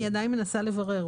אני עדיין מנסה לברר.